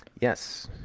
Yes